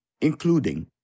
including